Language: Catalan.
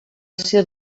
ser